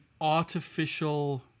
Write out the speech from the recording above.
artificial